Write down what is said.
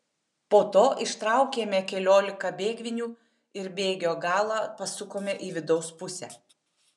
po to ištraukėme keliolika bėgvinių ir bėgio galą pasukome į vidaus pusę